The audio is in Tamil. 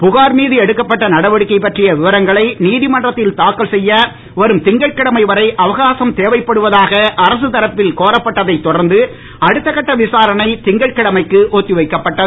புகார் மீது எடுக்கப்பட்ட நடவடிக்கை பற்றிய விவரங்களை நீதிமன்றத்தில் தாக்கல் செய்ய வரும் திங்கட்கிழமை வரை அவகாசம் தேவைப்படுவதாக அரசு தரப்பில் கோரப்பட்டதைத் தொடர்ந்து அடுத்த கட்ட விசாரணை திங்கட்கிழமைக்கு ஒத்தி வைக்கப்பட்டது